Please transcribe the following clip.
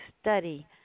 study